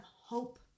hope